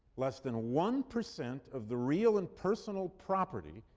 less than one percent of the real and personal property,